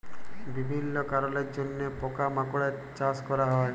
বিভিল্য কারলের জন্হে পকা মাকড়ের চাস ক্যরা হ্যয়ে